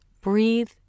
Breathe